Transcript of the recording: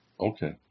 Okay